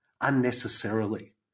unnecessarily